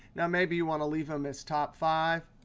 now, maybe you want to leave them as top five.